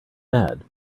mad